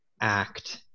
act